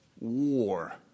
war